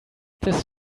this